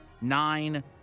nine